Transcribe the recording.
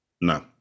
No